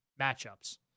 matchups